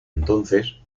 entonces